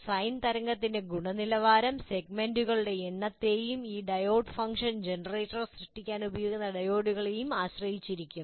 sign തരംഗത്തിന്റെ ഗുണനിലവാരം സെഗ്മെന്റുകളുടെ എണ്ണത്തെയും ഈ ഡയോഡ് ഫംഗ്ഷൻ ജനറേറ്റർ സൃഷ്ടിക്കാൻ ഉപയോഗിക്കുന്ന ഡയോഡുകളെയും ആശ്രയിച്ചിരിക്കും